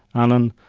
alan,